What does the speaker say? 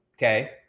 Okay